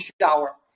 shower